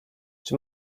czy